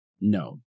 No